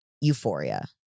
euphoria